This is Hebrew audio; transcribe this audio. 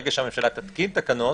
וברגע שהממשלה תתקין תקנות